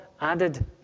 added